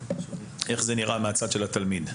ואיך זה נראה מהצד של התלמיד?